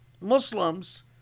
Muslims